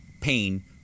pain